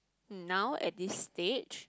um now at this stage